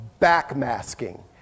backmasking